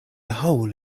hole